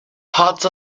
parts